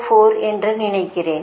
04 என்று நினைக்கிறேன்